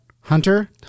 hunter